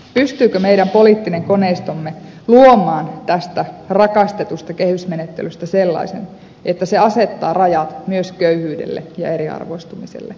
pystyykö meidän poliittinen koneistomme luomaan tästä rakastetusta kehysmenettelystä sellaisen että se asettaa rajat myös köyhyydelle ja eriarvoistumiselle